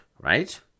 Right